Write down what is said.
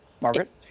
Margaret